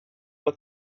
att